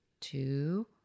two